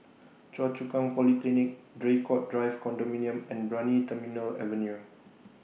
Choa Chu Kang Polyclinic Draycott Drive Condominium and Brani Terminal Avenue